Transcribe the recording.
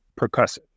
percussive